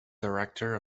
director